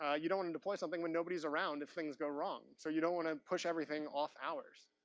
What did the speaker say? ah you don't wanna deploy something when nobody's around if things go wrong. so, you don't wanna push everything off hours.